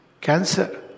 cancer